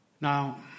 Now